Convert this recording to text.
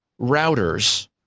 routers